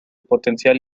potencial